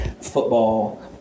football